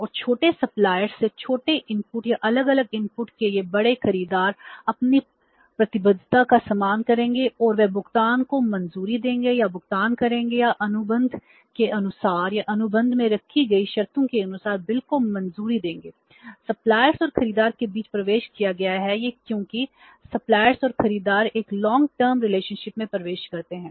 और छोटे सप्लायर्स और खरीदार एक दीर्घकालिक अनुबंध में प्रवेश करते हैं